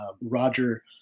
Roger